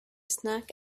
snack